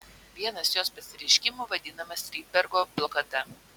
vienas jos pasireiškimų vadinamas rydbergo blokada